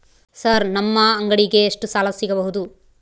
Sir ನಮ್ಮ ಅಂಗಡಿಗೆ ಎಷ್ಟು ಸಾಲ ಸಿಗಬಹುದು?